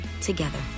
together